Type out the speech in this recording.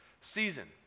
season